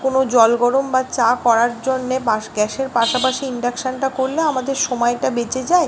কোনো জল গরম বা চা করার জন্যে বা গ্যাসের পাশাপাশি ইন্ডাকশানটা করলে আমাদের সময়টা বেঁচে যায়